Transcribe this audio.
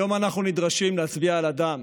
היום אנחנו נדרשים להצביע על אדם